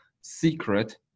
secret